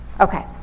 okay